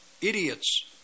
idiots